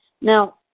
Now